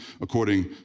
according